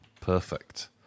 Perfect